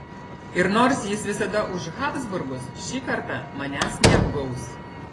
ir nors jis visada už habsburgus ši kartą manęs neapgaus